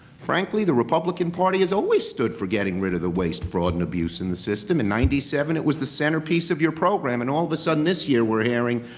frankly, the republican party has always stood for getting rid of the waste, fraud, and abuse in the system. in ninety seven, it was the centerpiece of your program, and all of a sudden this year we're hearing,